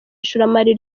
ishoramari